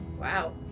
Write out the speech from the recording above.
Wow